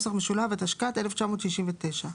התשכ"ט-1969.